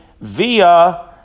via